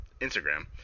Instagram